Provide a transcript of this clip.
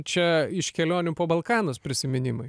čia iš kelionių po balkanus prisiminimai